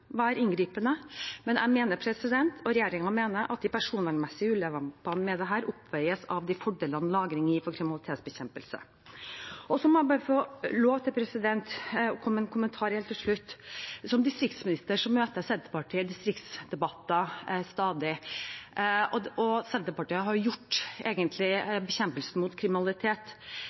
inngripende, men jeg og regjeringen mener at de personvernmessige ulempene ved dette oppveies av de fordelene lagringen gir for kriminalitetsbekjempelse. Så må jeg få lov til å komme med en kommentar helt til slutt: Som distriktsminister møter jeg stadig Senterpartiet i distriktsdebatter. Senterpartiet har egentlig gjort bekjempelsen av kriminalitet